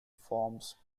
forms